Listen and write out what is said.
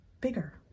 bigger